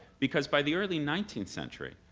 because by the early nineteenth century,